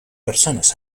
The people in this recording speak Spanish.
personas